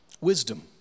wisdom